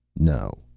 no.